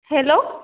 hello